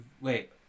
Wait